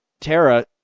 tara